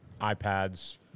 iPads